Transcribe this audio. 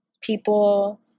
people